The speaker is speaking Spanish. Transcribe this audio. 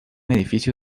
edificio